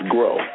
Grow